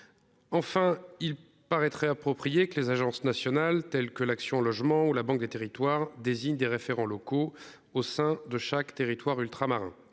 Enfin il paraîtrait approprié que les agences nationales telles que l'Action logement ou la banque des territoires désigne des référents locaux au sein de chaque territoire ultramarin.